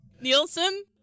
Nielsen